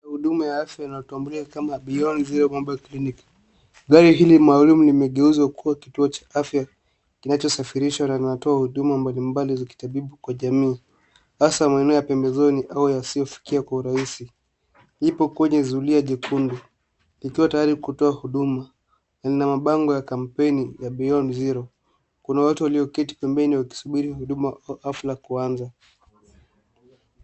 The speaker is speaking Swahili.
Huduma ya afya inayotambuliwa kama Beyond Zero Mobile Clinic. Gari hili maalum limegeuzwa kuwa kituo cha afya kinachosafirishwa na linatoa huduma mbalimbali za kitabibu kwa jamii, hasa maeneo ya pembezoni au yasiyofikiwa kwa urahisi. Ipo kwenye zulia jekundu, likiwa tayari kutoa huduma na lina mabango ya kampeni ya Beyond Zero. Kuna watu walioketi pembeni wakisubiri huduma kabla hafla kuanza.